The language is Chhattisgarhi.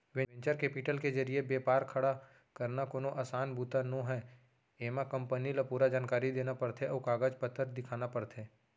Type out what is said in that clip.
वेंचर केपिटल के जरिए बेपार खड़ा करना कोनो असान बूता नोहय एमा कंपनी ल पूरा जानकारी देना परथे अउ कागज पतर दिखाना परथे